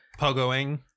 pogoing